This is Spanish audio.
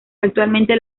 actualmente